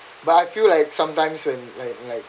but I feel like sometimes when like and like